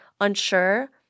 unsure